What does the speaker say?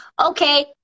Okay